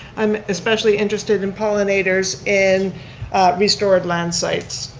i'm especially interested in pollinators in restored land sites.